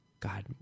God